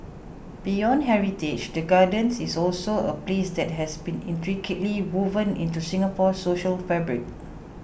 beyond heritage the Gardens is also a place that has been intricately woven into Singapore's social fabric